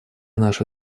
наши